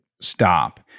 stop